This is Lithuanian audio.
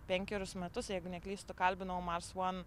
penkerius metus jeigu neklystu kalbinau mars one